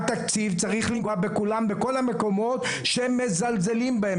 התקציב צריך לנגוע בכולם בכל המקומות שהם מזלזלים בהם,